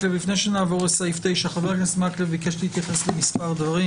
נוצר סעיף שבו נאמר: על אף האמור בכל דין,